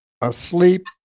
asleep